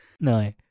No